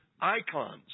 icons